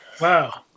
Wow